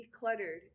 decluttered